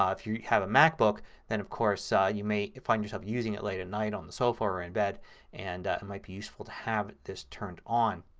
ah if you have a macbook then of course ah you may find yourself using it late at night on the sofa or in bed and it might useful to have this turned on.